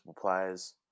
players